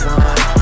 one